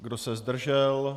Kdo se zdržel?